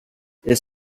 its